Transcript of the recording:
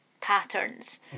patterns